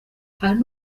hari